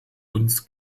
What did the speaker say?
uns